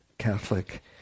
Catholic